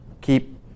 Keep